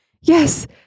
Yes